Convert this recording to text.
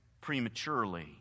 prematurely